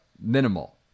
Minimal